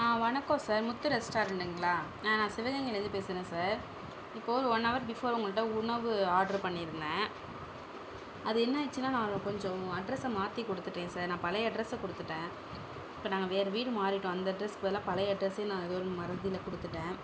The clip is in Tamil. ஆ வணக்கம் சார் முத்து ரெஸ்டாரண்ட்டுங்களா நான் சிவகங்கையிலேருந்து பேசுகிறேன் சார் இப்போ ஒரு ஒன்னவர் பிஃபோர் உங்கள்கிட்ட உணவு ஆர்ட்ரு பண்ணியிருந்தேன் அது என்னாச்சின்னா நான் அதை கொஞ்சம் அட்ரெஸை மாற்றி கொடுத்துட்டேன் சார் நான் பழைய அட்ரெஸை கொடுத்துட்டேன் இப்போ நாங்கள் வேறு வீடு மாறிவிட்டோம் அந்த அட்ரெஸுக்கு பதிலாக பழைய அட்ரெஸே நான் ஏதோ ஒரு மறதியில கொடுத்துட்டேன்